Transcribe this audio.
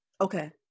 okay